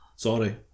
Sorry